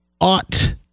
ought